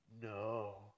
no